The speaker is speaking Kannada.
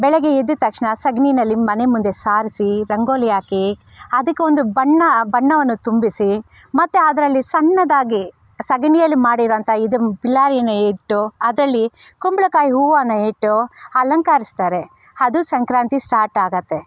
ಬೆಳಿಗ್ಗೆ ಎದ್ದ ತಕ್ಷಣ ಸೆಗಣಿಯಲ್ಲಿ ಮನೆ ಮುಂದೆ ಸಾರಿಸಿ ರಂಗೋಲಿ ಹಾಕಿ ಅದಕ್ಕೊಂದು ಬಣ್ಣ ಬಣ್ಣವನ್ನು ತುಂಬಿಸಿ ಮತ್ತೆ ಅದರಲ್ಲಿ ಸಣ್ಣದಾಗಿ ಸೆಗಣಿಯಲ್ಲಿ ಮಾಡಿರೊಂಥ ಇದು ಪಿಲಾರಿಯನ ಇಟ್ಟು ಅದರಲ್ಲಿ ಕುಂಬಳಕಾಯಿ ಹೂವನ್ನು ಇಟ್ಟು ಅಲಂಕರಿಸ್ತಾರೆ ಅದು ಸಂಕ್ರಾಂತಿ ಸ್ಟಾಟ್ ಆಗುತ್ತೆ